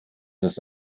das